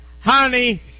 honey